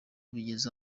bigeze